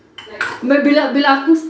like heard of them